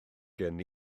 gen